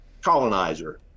colonizer